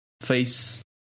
face